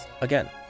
Again